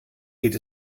geht